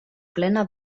plena